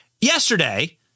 yesterday